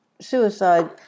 suicide